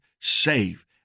save